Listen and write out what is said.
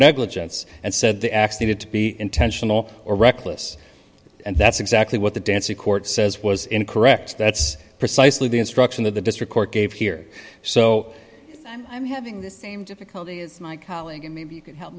negligence and said the acts needed to be intentional or reckless and that's exactly what the dancey court says was incorrect that's precisely the instruction that the district court gave here so i'm having the same difficulty as my colleague and maybe you can help